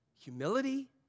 humility